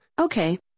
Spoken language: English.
Okay